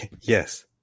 Yes